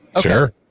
sure